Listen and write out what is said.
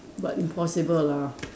but impossible lah